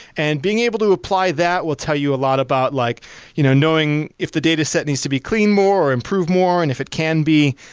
and being able to apply that will tell you a lot about like you know knowing if the dataset needs to be cleaned more or improved more and if it can be.